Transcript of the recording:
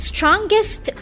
Strongest